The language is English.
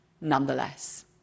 nonetheless